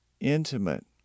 intimate